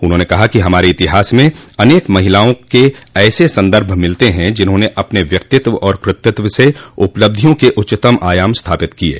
उन्होंने कहा कि हमारे इतिहास में अनेक महिलाओं के ऐसे संदर्भ मिलते हैं जिन्होंने अपने व्यक्तित्व और कृतित्व से उपलब्धियों के उच्चतम आयाम स्थापित किये